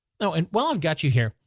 so and while i've got you here,